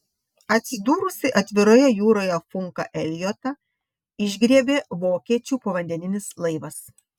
atsidūrusį atviroje jūroje funką eliotą išgriebė vokiečių povandeninis laivas